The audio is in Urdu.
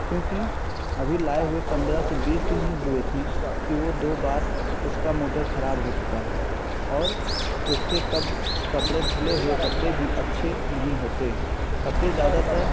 کیونکہ ابھی لائے ہوئے پندرہ سے بیس دن ہی ہوئے تھیں کہ وہ دو بار اس کا موٹر خراب ہو چکا ہے اور اس کے کب کپڑے دھلے ہوئے کپڑے بھی اچّھے نہیں ہوتے کپڑے زیادہ تر